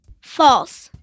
False